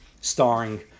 starring